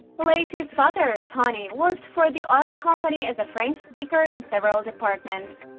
lacey's father, ah tony worked for the oil company as a french speaker in several departments.